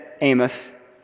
Amos